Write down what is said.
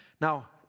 Now